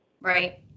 Right